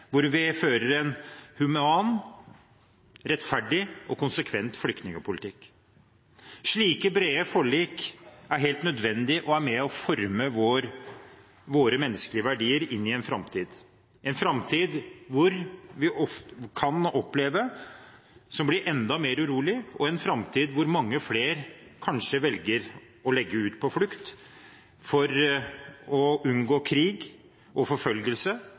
hvor vi fører en human, rettferdig og konsekvent flyktningpolitikk. Slike brede forlik er helt nødvendig, og er med og former våre menneskelige verdier inn i en framtid, en framtid som vi kan oppleve blir enda mer urolig, og en framtid hvor mange flere kanskje velger å legge ut på flukt for å unngå krig og forfølgelse